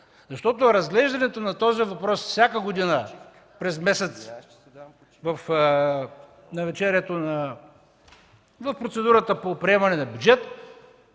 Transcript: Защото разглеждането на този въпрос всяка година в процедурата по приемане на бюджет